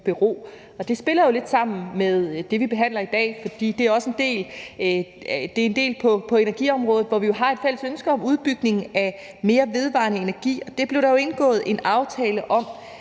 det spiller jo lidt sammen med det, vi behandler i dag, fordi det er en del af energiområdet, hvor vi har et fælles ønske om udbygning af mere vedvarende energi. Det blev der indgået en aftale om